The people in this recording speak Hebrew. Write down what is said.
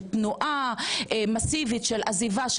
תנועה מאסיבית של עזיבה,